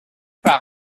par